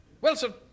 Wilson